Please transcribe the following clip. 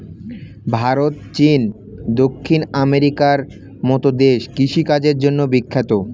ভারত, চীন, দক্ষিণ আমেরিকার মতো দেশ কৃষি কাজের জন্যে বিখ্যাত